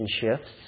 shifts